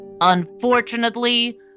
Unfortunately